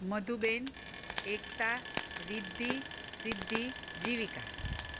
Madhuben Ekta Riddhi Siddhi Jivika